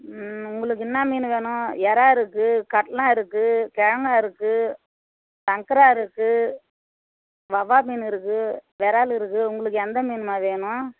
உங்களுக்கு என்னா மீன் வேணும் எறாலிருக்கு கர்ணாயிருக்கு கெலங்காயிருக்கு சங்கராயிருக்கு வவ்வால் மீனுருக்கு வெறால்ருக்கு உங்களுக்கு எந்த மீனம்மா வேணும்